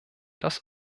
das